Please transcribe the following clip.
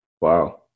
Wow